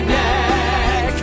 neck